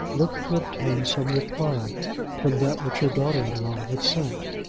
looked to obtain some reply from that which her daughter-in-law had sent.